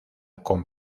con